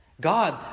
God